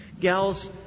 Gals